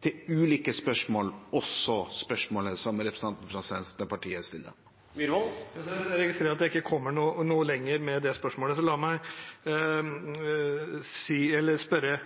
til ulike spørsmål, også spørsmålet som representanten fra Senterpartiet stiller. Jeg registrerer at jeg ikke kommer noe lenger med det spørsmålet, så la meg spørre